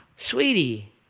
Sweetie